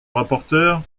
rapporteur